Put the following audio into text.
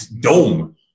dome